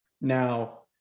Now